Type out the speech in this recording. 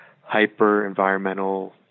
hyper-environmental